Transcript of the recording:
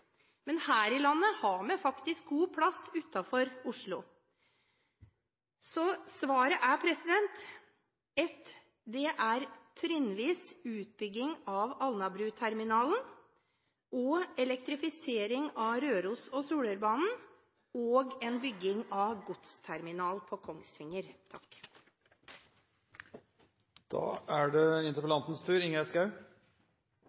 men her i landet har vi faktisk god plass utenfor Oslo. Så svaret er: trinnvis utbygging av Alnabruterminalen, elektrifisering av Røros- og Solørbanen og bygging av godsterminal på